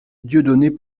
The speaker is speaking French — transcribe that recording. dieudonné